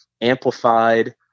amplified